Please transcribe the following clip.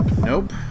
Nope